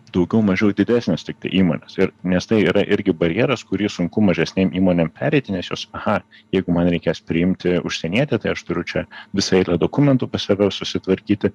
daugiau mažiau didesnės tiktai įmonės ir nes tai yra irgi barjeras kurį sunku mažesnėm įmonėm pereiti nes jos aha jeigu man reikės priimti užsienietį tai aš turiu čia visą eilę dokumentų pas save susitvarkyti